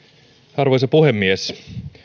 arvoisa puhemies